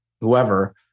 whoever